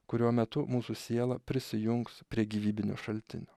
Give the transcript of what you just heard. kurio metu mūsų siela prisijungs prie gyvybinio šaltinio